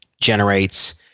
generates